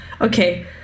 okay